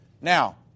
Now